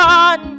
on